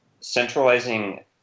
centralizing